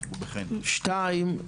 שתיים,